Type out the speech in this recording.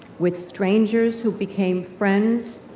with strangers who became friends,